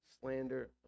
slander